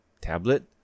tablet